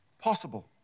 possible